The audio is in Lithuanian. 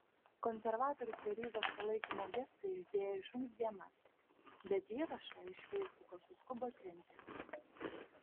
konservatorius verygos palaikymo gestą išdėjo į šuns dienas bet įrašą iš feisbuko suskubo trinti